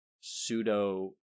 pseudo